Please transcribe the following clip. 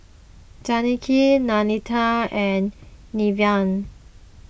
Zackery Nanette and Neveah